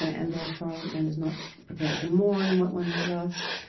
and, therefore, one is not prepared to mourn what one has lost.